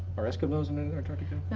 are eskimos on antarctica?